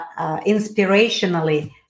inspirationally